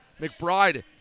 McBride